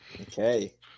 Okay